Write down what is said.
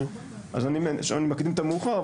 אני מקדים את המאוחר.